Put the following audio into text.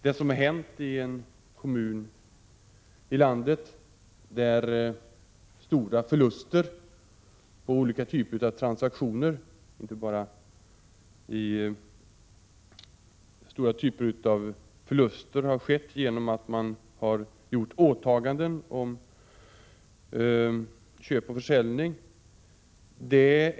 Det som har hänt i en kommun i landet är att stora förluster har skett på grund av olika typer av transaktioner där man har gjort åtaganden om köp och försäljning.